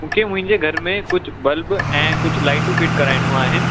मूंखे मुंहिंजे घर में कुझु बल्ब ऐं कुझु लाइटू फिट कराइणियूं आहिनि